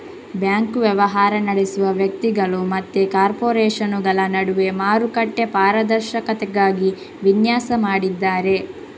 bank ವ್ಯವಹಾರ ನಡೆಸುವ ವ್ಯಕ್ತಿಗಳು ಮತ್ತೆ ಕಾರ್ಪೊರೇಷನುಗಳ ನಡುವೆ ಮಾರುಕಟ್ಟೆ ಪಾರದರ್ಶಕತೆಗಾಗಿ ವಿನ್ಯಾಸ ಮಾಡಿದ್ದಾರೆ